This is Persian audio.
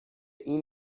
این